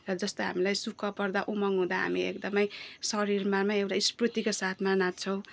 र जस्तै हामीलाई सुख पर्दा उमङ्ग हुँदा हामी एकदमै शरीरमा नै एउटा स्फूर्तिको साथमा नाच्छौँ